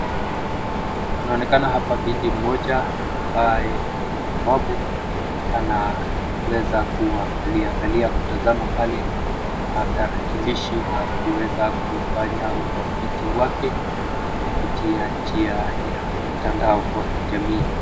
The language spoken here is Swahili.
Panaonekana hapa binti mmoja ambaye ni mlemavu anaweza kuangalia angalia kutazama pale tarakilishi na kuweza kufanya utafiti wake kupitia njia ya mtandao wa kijamii